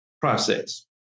process